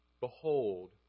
Behold